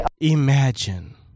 Imagine